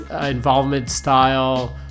involvement-style